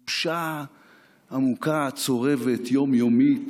בושה עמוקה, צורבת, יום-יומית,